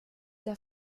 der